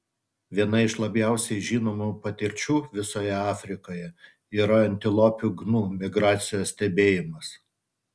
viena iš labiausiai žinomų patirčių visoje afrikoje yra antilopių gnu migracijos stebėjimas